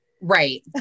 Right